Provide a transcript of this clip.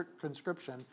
conscription